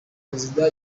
perezida